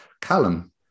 Callum